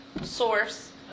source